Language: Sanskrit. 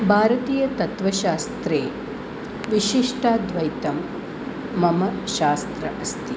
भारतीय तत्त्वशास्त्रे विशिष्टाद्वैतं मम शास्त्रम् अस्ति